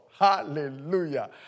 Hallelujah